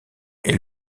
est